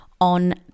on